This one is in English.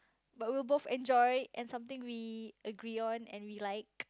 but we'll both enjoy and something we agree on and we like